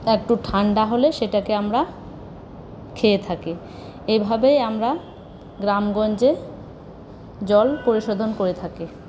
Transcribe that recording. একটু ঠান্ডা হলে সেটাকে আমরা খেয়ে থাকি এভাবেই আমরা গ্রাম গঞ্জে জল পরিশোধন করে থাকি